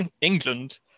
England